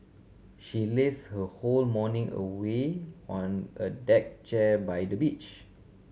she laze her whole morning away on a deck chair by the beach